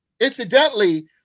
Incidentally